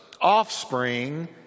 offspring